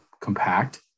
compact